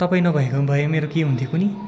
तपाईँ नभएको भए मेरो के हुन्थ्यो कुन्नि